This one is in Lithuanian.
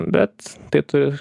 bet tai tu